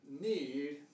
need